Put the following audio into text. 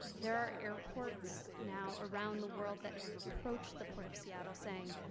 there are airports now around the world that have approached the port of seattle saying,